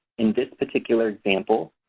and this particular example,